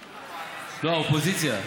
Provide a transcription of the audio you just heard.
לא, האופוזיציה.